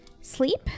sleep